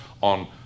on